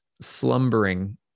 slumbering